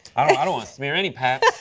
i don't smear any paps.